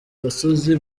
gasozi